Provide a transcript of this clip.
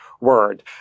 word